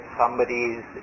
somebody's